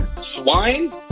swine